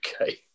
okay